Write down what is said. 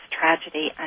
tragedy